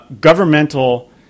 governmental